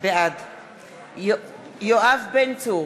בעד יואב בן צור,